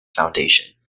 foundation